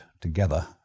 together